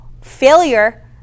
failure